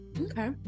okay